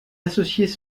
associés